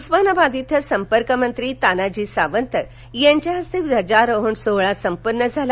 उस्मानाबाद इथं संपर्कमंत्री तानाजी सावंत यांच्या हस्ते ध्वजारोहण सोहळा संपन्न झाला